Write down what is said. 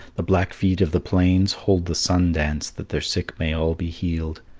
the blackfeet of the plains hold the sun dance that their sick may all be healed,